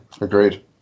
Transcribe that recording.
Agreed